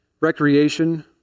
Recreation